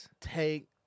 take